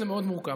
זה מאוד מורכב.